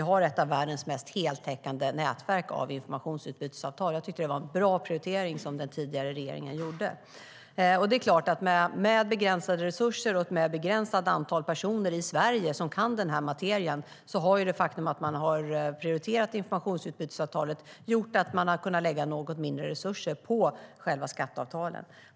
Vi har ett av världens mest heltäckande nätverk av informationsutbytesavtal. Jag tycker att det var en bra prioritering som den tidigare regeringen gjorde. Det är klart att i och med begränsade resurser och ett begränsat antal personer i Sverige som kan den här materien har det faktum att man har prioriterat informationsutbytesavtalen gjort att man har fått lägga något mindre resurser på skatteavtalen.